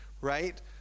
right